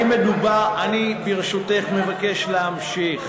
אל תתבייש, אני, ברשותך, מבקש להמשיך.